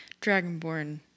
Dragonborn